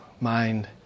mind